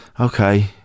okay